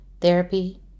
Therapy